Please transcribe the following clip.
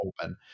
open